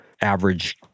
average